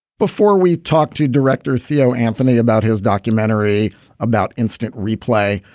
before we talked to director theo anthony about his documentary about instant replay,